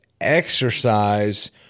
exercise